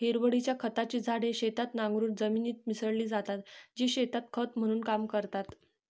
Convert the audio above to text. हिरवळीच्या खताची झाडे शेतात नांगरून जमिनीत मिसळली जातात, जी शेतात खत म्हणून काम करतात